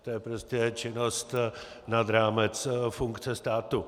To je prostě činnost nad rámec funkce státu.